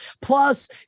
Plus